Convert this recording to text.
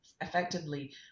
effectively